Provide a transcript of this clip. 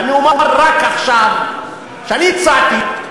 ועכשיו אני אומר רק שאני הצעתי,